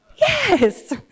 yes